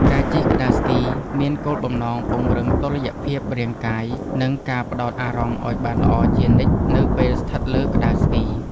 ការជិះក្ដារស្គីមានគោលបំណងពង្រឹងតុល្យភាពរាងកាយ និងការផ្ដោតអារម្មណ៍ឱ្យបានល្អជានិច្ចនៅពេលស្ថិតលើក្ដារស្គី។